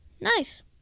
Nice